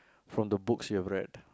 from the books you have read